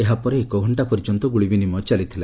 ଏହାପରେ ଏକଘକ୍ଷା ପର୍ଯ୍ୟନ୍ତ ଗୁଳି ବିନିମୟ ଚାଲିଥିଲା